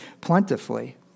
plentifully